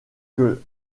que